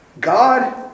God